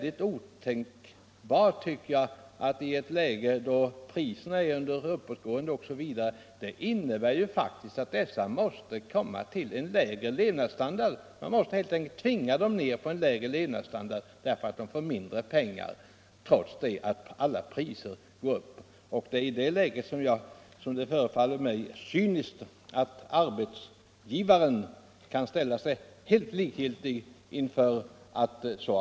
I ett läge då priserna går upp innebär detta att dessa statspensionärer får en lägre levnadsstandard, eftersom de får mindre pengar att leva på. Det förefaller mig cyniskt att arbetsgivaren kan ställa sig helt likgiltig till detta.